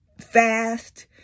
fast